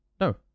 No